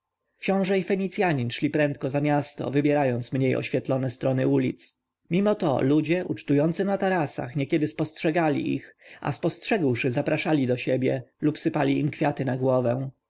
książę i fenicjanin szli prędko za miasto wybierając mniej oświetlone strony ulic mimo to ludzie ucztujący na tarasach niekiedy spostrzegali ich a spostrzegłszy zapraszali do siebie lub sypali im kwiaty na głowę